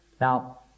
Now